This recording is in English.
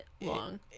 long